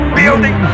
building